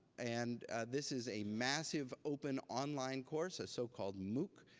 and this is a massive open online course, a so-called mooc,